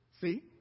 See